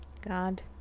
God